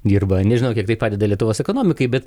dirba nežinau kiek tai padeda lietuvos ekonomikai bet